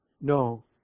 No